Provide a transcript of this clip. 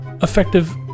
Effective